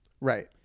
Right